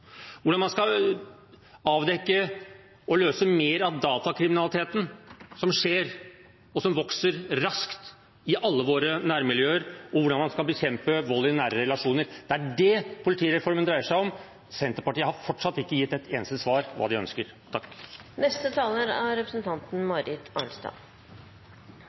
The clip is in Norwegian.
hvordan man skal avdekke og løse mer av datakriminaliteten som skjer, og som vokser raskt, i alle våre nærmiljøer, og hvordan man skal bekjempe vold i nære relasjoner. Det er det politireformen dreier seg om. Senterpartiet har fortsatt ikke gitt et eneste svar på hva de ønsker.